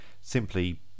simply